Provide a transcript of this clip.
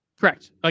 Correct